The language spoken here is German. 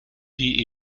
die